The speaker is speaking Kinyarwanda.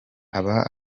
aba